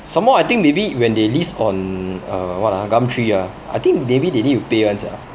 some more I think maybe when they list on uh what ah gumtree ah I think maybe they need to pay [one] sia